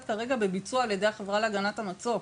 כרגע בביצוע על-ידי החברה להגנת המצוק.